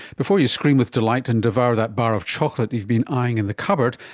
before you scream with delight and devour that bar of chocolate you've been eyeing in the cupboard,